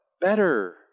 better